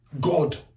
God